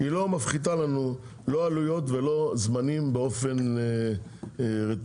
היא לא מפחיתה לנו לא עלויות ולא זמנים באופן רציני,